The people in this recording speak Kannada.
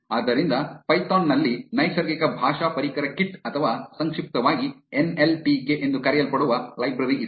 ಆದ್ದರಿಂದ ಪೈಥಾನ್ ನಲ್ಲಿ ನೈಸರ್ಗಿಕ ಭಾಷಾ ಪರಿಕರ ಕಿಟ್ ಅಥವಾ ಸಂಕ್ಷಿಪ್ತವಾಗಿ ಎನ್ ಎಲ್ ಟಿ ಕೆ ಎಂದು ಕರೆಯಲ್ಪಡುವ ಲೈಬ್ರರಿ ಇದೆ